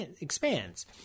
expands